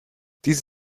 diese